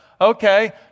Okay